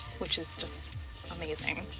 which is just amazing.